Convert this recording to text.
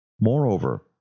Moreover